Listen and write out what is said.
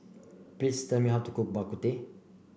please tell me how to cook Bak Kut Teh